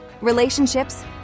relationships